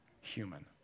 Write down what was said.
human